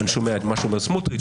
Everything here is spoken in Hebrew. אני שומע את מה שאומר סמוטריץ',